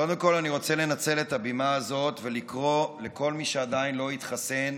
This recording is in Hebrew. קודם כול אני רוצה לנצל את הבמה הזאת ולקרוא לכל מי שעדיין לא התחסן,